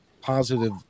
positive